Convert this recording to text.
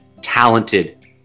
talented